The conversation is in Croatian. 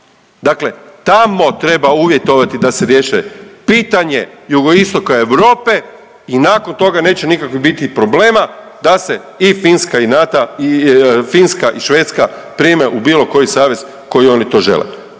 Dakle tamo treba uvjetovati da se riješe pitanje jugoistoka Europe i nakon toga neće nikakvih biti problema da se i Finska i .../nerazumljivo/... i Finska i Švedska prime u bilo koji savez koji oni to žele.